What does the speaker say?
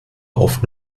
auf